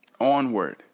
onward